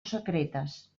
secretes